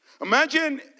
Imagine